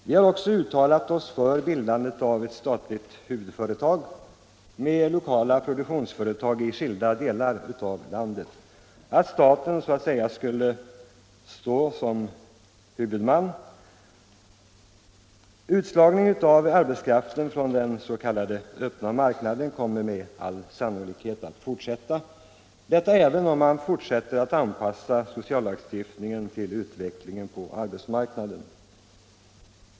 Vi har också uttalat oss för bildandet av ett statligt huvudföretag med lokala produktionsföretag i skilda delar av landet och att staten skall stå som huvudman för den skyddade sektorn. Utslagningen av arbetskraften från den s.k. öppna marknaden kommer med all sannolikhet att fortgå, även om man fortsätter att anpassa sociallagstiftningen till utvecklingen på arbetsmarknaden.